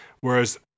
Whereas